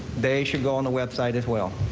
they should go on the website as well.